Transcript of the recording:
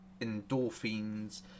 endorphins